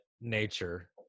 nature